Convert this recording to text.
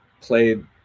played